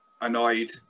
annoyed